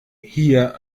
hier